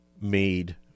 made